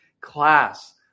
class